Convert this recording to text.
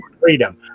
freedom